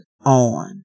on